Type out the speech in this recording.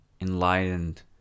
enlightened